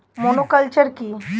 Monoculture কি?